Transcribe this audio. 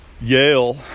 Yale